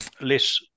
less